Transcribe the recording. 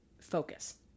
focus